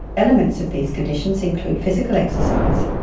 elements of these conditions include physical exercise,